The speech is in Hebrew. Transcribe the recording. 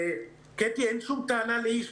קטי, אין שום טענה לאיש.